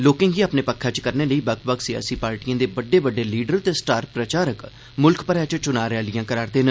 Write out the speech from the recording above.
लोकें गी अपने पक्खै च करने लेई बक्ख बक्ख सियासी पार्टिएं दे बड्डे बड्डे लीडर ते स्टार प्रचारक मुलख भरै च चुना रैलियां करै करदे न